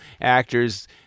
actors